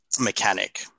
mechanic